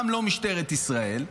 גם לא משטרת ישראל.